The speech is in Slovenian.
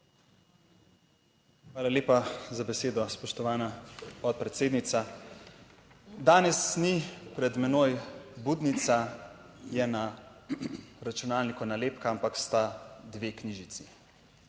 Hvala lepa za besedo, spoštovana podpredsednica. Danes ni pred menoj budnica, je na računalniku nalepka, ampak sta dve knjižici: